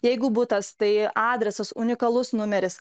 jeigu butas tai adresas unikalus numeris